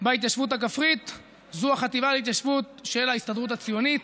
בהתיישבות הכפרית זו החטיבה להתיישבות של ההסתדרות הציונית.